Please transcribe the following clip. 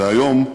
והיום,